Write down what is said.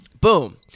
Boom